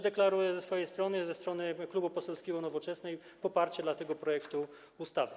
Deklaruję też ze swojej strony, ze strony Klubu Poselskiego Nowoczesna, poparcie dla tego projektu ustawy.